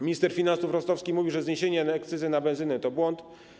Minister finansów Rostowski mówił, że zniesienie akcyzy na benzynę to błąd.